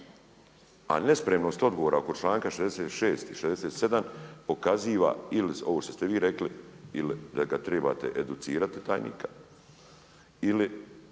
A nespremnost odgovora oko čl. 66., i 67. pokazuje ili ovo što ste vi rekli ili da ga trebate educirati tajnika, ili